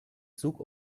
zug